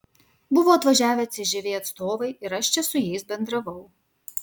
buvo atvažiavę cžv atstovai ir aš čia su jais bendravau